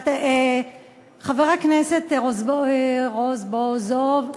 חבר הכנסת רזבוזוב,